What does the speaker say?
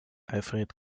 alfred